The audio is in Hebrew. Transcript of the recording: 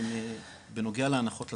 בנוגע להנחות לזכאים,